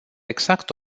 exact